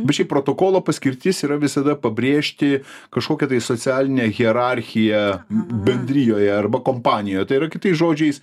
bet šiaip protokolo paskirtis yra visada pabrėžti kažkokią tai socialinę hierarchiją bendrijoje arba kompanijoje tai yra kitais žodžiais